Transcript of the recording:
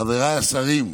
חבריי השרים,